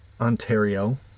Ontario